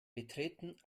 betreten